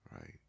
right